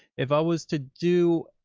if i was to do.